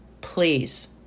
please